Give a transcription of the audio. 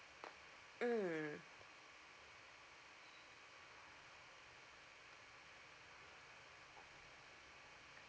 mm